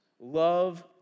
Love